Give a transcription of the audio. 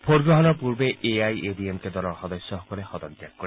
ভোটগ্ৰহণৰ পূৰ্বে A I A D M K দলৰ সদস্যসকলে সদন ত্যাগ কৰে